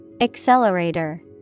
Accelerator